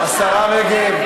השרה רגב.